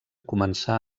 començà